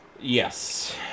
Yes